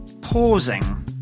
pausing